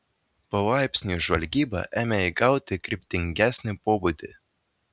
palaipsniui žvalgyba ėmė įgauti kryptingesnį pobūdį